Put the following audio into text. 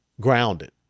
Grounded